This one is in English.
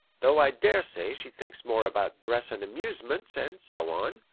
though i daresay she thinks more about dress and amusements, and so on,